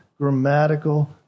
grammatical